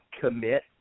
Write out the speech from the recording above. commit